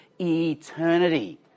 eternity